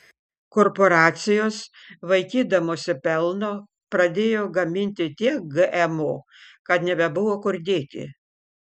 korporacijos vaikydamosi pelno pradėjo gaminti tiek gmo kad nebebuvo kur dėti